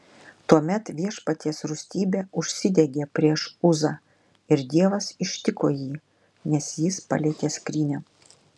tuomet viešpaties rūstybė užsidegė prieš uzą ir dievas ištiko jį nes jis palietė skrynią